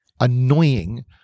annoying